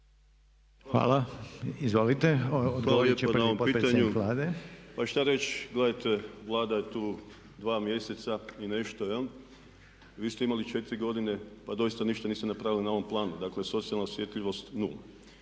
Hvala lijepo na ovom pitanju. Pa šta reći, gledajte Vlada je tu dva mjeseca i nešto. Vi ste imali 4 godine pa doista ništa niste napravili na ovom planu, dakle socijalna osjetljivost nula.